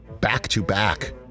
back-to-back